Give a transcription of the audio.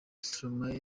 stromae